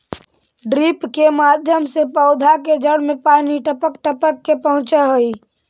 drip के माध्यम से पौधा के जड़ में पानी टपक टपक के पहुँचऽ हइ